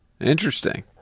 Interesting